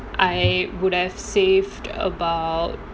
I would have saved about